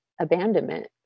abandonment